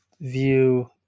view